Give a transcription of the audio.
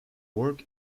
work